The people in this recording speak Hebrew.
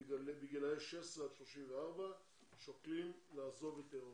בגילי 16 עד 34 שוקלים לעזוב את אירופה.